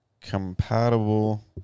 compatible